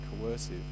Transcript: coercive